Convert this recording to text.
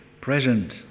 present